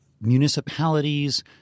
municipalities